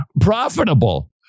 profitable